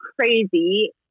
crazy